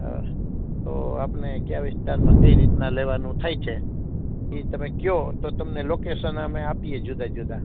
તો આપને કયા વિસ્તારમાં કઈ રીતના લેવાનું થાય છે ઈ તમે કયો તો તમને લોકેશન અમે આપીએ જુદા જુદા